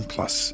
Plus